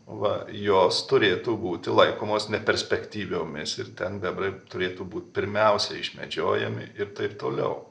va jos turėtų būti laikomos neperspektyviomis ir ten bebrai turėtų būt pirmiausia išmedžiojami ir taip toliau